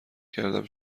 کردم